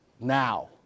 now